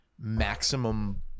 maximum